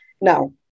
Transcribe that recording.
Now